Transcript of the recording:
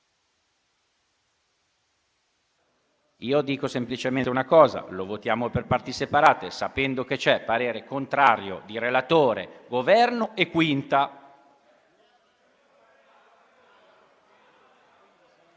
Io dico semplicemente una cosa: lo votiamo per parti separate sapendo che c'è il parere contrario di relatori, Governo e 5a